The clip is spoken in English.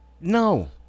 No